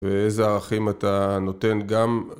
ואיזה ערכים אתה נותן גם